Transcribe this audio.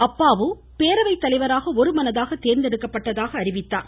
அப்பாவு தலைவராக ஒருமனதாக தேர்ந்தெடுக்கப்பட்டதாக அநிவித்தார்